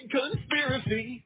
conspiracy